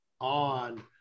on